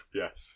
yes